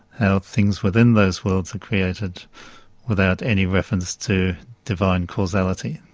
how things within those worlds are created without any reference to divine causality.